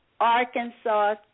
Arkansas